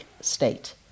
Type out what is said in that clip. state